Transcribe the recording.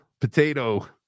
potato